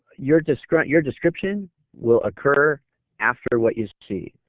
your description your description will occur after what you see.